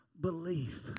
belief